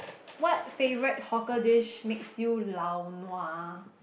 what favourite hawker dish makes you lao-nua